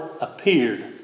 appeared